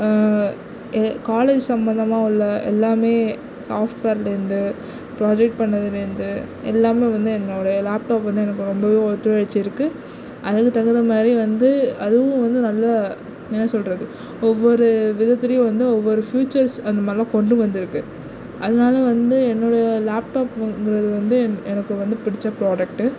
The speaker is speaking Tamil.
காலேஜ் சம்மந்தமாக உள்ள எல்லாமே சாஃப்ட்வேர்லேருந்து ப்ராஜெக்ட் பண்ணதுலேருந்து எல்லாமே வந்து என்னோடைய லாப்டாப் வந்து எனக்கு ரொம்பவும் ஒத்துழைத்திருக்கு அது அதுக்கு தகுந்தமாதிரி வந்து அதுவும் வந்து நல்லா என்ன சொல்கிறது ஒவ்வொரு விதத்திலேயும் வந்து ஒவ்வொரு ஃபியுச்சர்ஸ் அந்தமாதிரிலாம் கொண்டு வந்துருக்குது அதனால வந்து என்னுடைய லாப்டாப் எனக்கு வந்து பிடித்த ப்ராடக்ட்டு